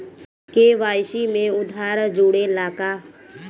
KYC में आधार जुड़े ला का?